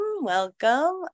Welcome